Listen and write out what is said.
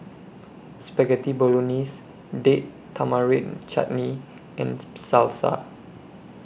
Spaghetti Bolognese Date Tamarind Chutney and Salsa